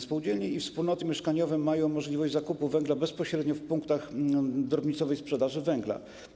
Spółdzielnie i wspólnoty mieszkaniowe mają możliwość zakupu węgla bezpośrednio w punktach drobnicowej sprzedaży węgla.